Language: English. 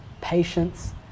patience